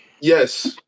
Yes